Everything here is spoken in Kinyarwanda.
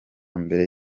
mbere